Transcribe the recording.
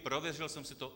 Prověřil jsem si to.